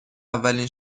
اولین